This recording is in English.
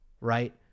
right